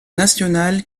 national